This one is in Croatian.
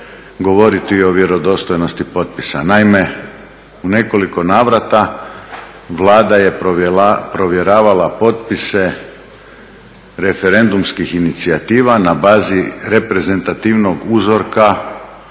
govoriti o vjerodostojnosti potpisa. Naime, u nekoliko navrata Vlada je provjeravala potpise referendumskih inicijativa na bazi reprezentativnog uzorka